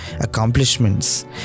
accomplishments